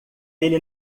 ele